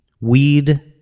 weed